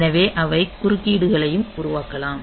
எனவே அவை குறுக்கீடுகளையும் உருவாக்கலாம்